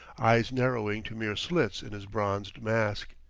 eyes narrowing to mere slits in his bronzed mask.